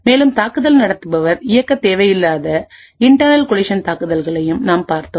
மேலும் தாக்குதல் நடத்துபவர் இயக்கத் தேவையில்லாத இன்டர்ணல் கோலிசன் தாக்குதல்களையும் நாம் பார்த்தோம்